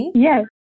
Yes